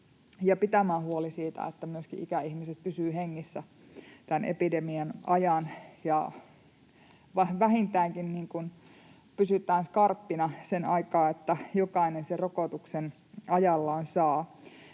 ja pitämään huoli siitä, että myöskin ikäihmiset pysyvät hengissä tämän epidemian ajan. Vähintäänkin pysytään skarppina sen aikaa, että jokainen sen rokotuksen ajallaan saa.